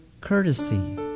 courtesy